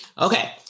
Okay